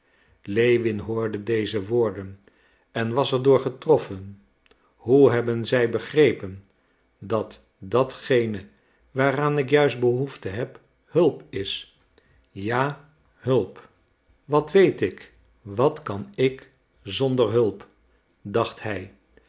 lewin hoorde deze woorden en was er door getroffen hoe hebben zij begrepen dat datgene waaraan ik juist behoefte heb hulp is ja hulp wat weet ik wat kan ik zonder hulp dacht hij